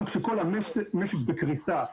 גם כשכל המשק בקריסה,